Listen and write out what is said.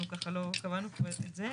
אנחנו ככה לא קבענו את זה.